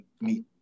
meet